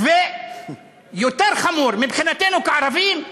ויותר חמור, מבחינתנו כערבים,